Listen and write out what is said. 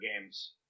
games